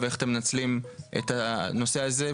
ואיך אתם מנצלים את הנושא הזה?